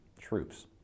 troops